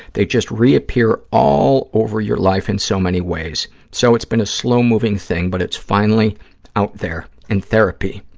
they just reappear all over your life in so many ways. so, it's been a slow-moving thing, but it's finally out there in therapy.